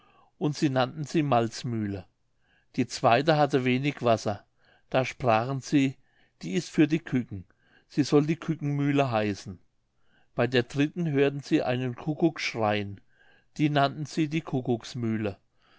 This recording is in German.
und sie nannten sie malzmühle die zweite hatte wenig wasser da sprachen sie die ist für die küken sie soll die kükenmühle heißen bei der dritten hörten sie einen kukuk schreien die nannten sie die